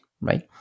right